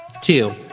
Two